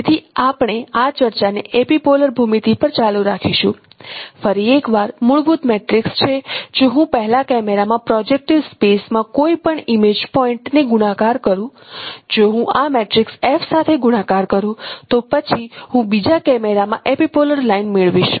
તેથી આપણે આ ચર્ચાને એપિપોલર ભૂમિતિ પર ચાલુ રાખીશું ફરી એક વાર મૂળભૂત મેટ્રિક્સ છે જો હું પહેલા કેમેરામાં પ્રોજેક્ટીવ સ્પેસમાં કોઈપણ ઇમેજ પોઇન્ટને ગુણાકાર કરું જો હું આ મેટ્રિક્સ F સાથે ગુણાકાર કરું તો પછી હું બીજા કેમેરામાં એપિપોલર લાઇન મેળવીશ